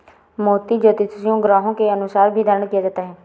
मोती ज्योतिषीय ग्रहों के अनुसार भी धारण किया जाता है